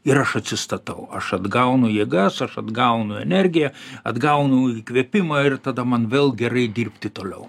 ir aš atsistatau aš atgaunu jėgas aš atgaunu energiją atgaunu įkvėpimą ir tada man vėl gerai dirbti toliau